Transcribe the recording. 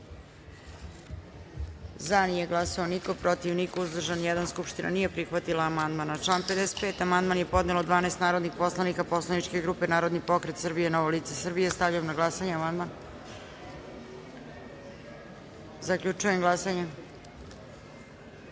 – nije glasao niko, protiv – niko, uzdržan – jedan. Skupština nije prihvatila amandman. Na član 60. amandman je podnelo 12 narodnih poslanika poslaničke grupe Narodni pokret Srbije – Novo lice Srbije. Stavljam na glasanje amandman. Zaključujem glasanje: